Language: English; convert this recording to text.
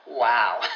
wow